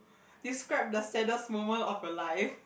describe the saddest moment of your life